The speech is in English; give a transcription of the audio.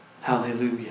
Hallelujah